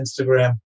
Instagram